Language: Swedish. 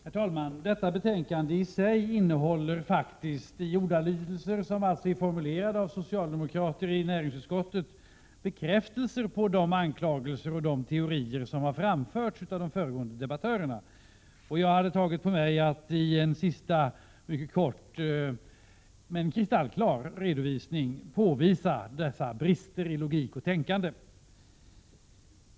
Herr talman! Detta betänkande innehåller i sig faktiskt de ordalydelser, formulerade av socialdemokraterna i näringsutskottet, som är bekräftelser på de anklagelser och teorier som har framförts av de föregående debattörerna. Jag hade tagit på mig att i en sista, mycket kort men kristallklar redovisning påvisa dessa brister i logik och tänkande.